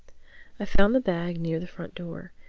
i found the bag near the front door.